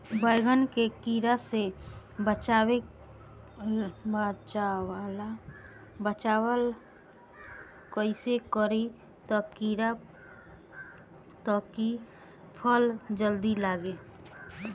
बैंगन के कीड़ा से बचाव कैसे करे ता की फल जल्दी लगे?